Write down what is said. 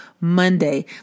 Monday